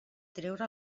treure